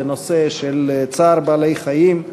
בנושא של צער בעלי-חיים,